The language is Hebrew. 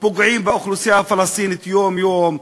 פוגעים באוכלוסייה הפלסטינית יום-יום,